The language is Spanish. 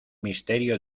misterio